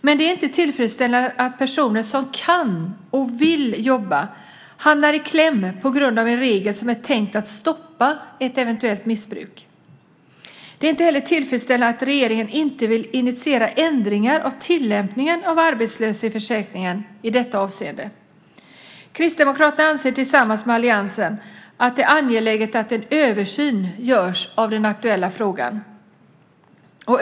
Men det är inte tillfredsställande att personer som kan och vill jobba hamnar i kläm på grund av en regel som är tänkt att stoppa ett eventuellt missbruk. Det är inte heller tillfredsställande att regeringen inte vill initiera ändringar av tillämpningen av arbetslöshetsförsäkringen i detta avseende. Kristdemokraterna anser tillsammans med alliansen att det är angeläget att en översyn görs av den aktuella frågan.